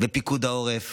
פיקוד העורף